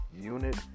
unit